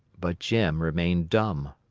but jim remained dumb.